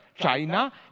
China